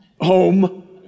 home